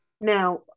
Now